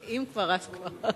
אם כבר אז כבר.